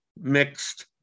mixed